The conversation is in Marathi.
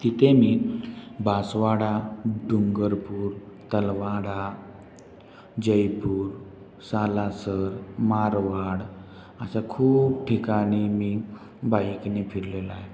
तिथे मी बासवाडा डुंगरपूर तलवाडा जयपूर सालासर मारवाड अशा खूप ठिकाणी मी बाईकने फिरलेलो आहे